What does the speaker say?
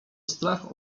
strach